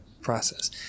process